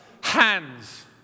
hands